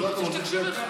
אבל הוא רוצה שתקשיב.